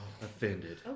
offended